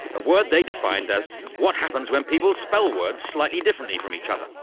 a word they defined as what happens when people spell words slightly differently from each other.